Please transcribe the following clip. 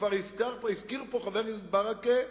כבר הזכיר פה חבר הכנסת ברכה,